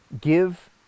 give